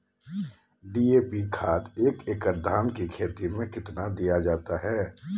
DAP खाद एक एकड़ धान की खेती में कितना दीया जाता है?